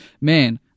man